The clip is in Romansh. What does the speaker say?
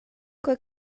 quei